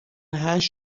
هشت